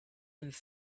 and